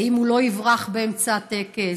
האם הוא לא יברח באמצע הטקס?